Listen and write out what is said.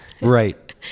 Right